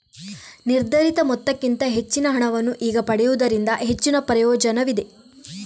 ನಿರ್ಧರಿತ ಮೊತ್ತಕ್ಕಿಂತ ಹೆಚ್ಚಿನ ಹಣವನ್ನು ಈಗ ಪಡೆಯುವುದರಿಂದ ಹೆಚ್ಚಿನ ಪ್ರಯೋಜನವಿದೆ